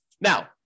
now